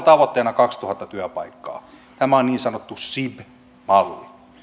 tavoitteena kaksituhatta työpaikkaa tämä on niin sanottu sib malli